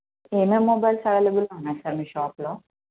ఏమేమి మొబైల్స్ అవైలబుల్గా ఉన్నాయి సార్ మీ షాప్లో